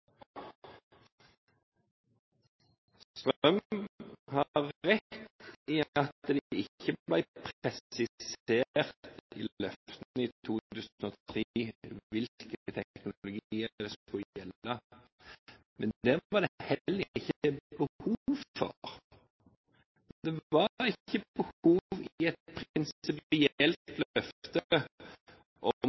i løftene i 2003 hvilke teknologier det skulle gjelde, men det var det heller ikke et behov for. Det var ikke behov for i et prinsipielt løfte om hvordan overgangsordningene skal være, å definere inn teknologiene, fordi løftet